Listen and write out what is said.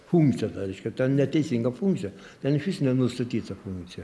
funkcija tą reiškia ta neteisinga funkcija ten išvis nenustatyta funkcija